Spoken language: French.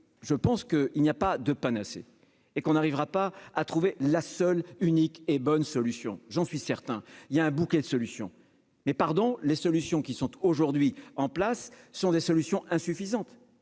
je pense que il n'y a pas de panacée et qu'on arrivera pas à trouver la seule unique et bonne solution, j'en suis certain, il y a un bouquet de solution mais pardon, les solutions qui sont aujourd'hui en place, ce sont des solutions insuffisante,